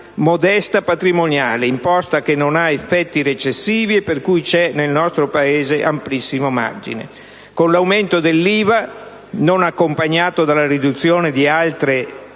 modesta patrimoniale, imposta che non ha effetti recessivi e per cui c'è nel nostro Paese amplissimo margine. Con l'aumento dell'IVA, non accompagnato dalla riduzione di altre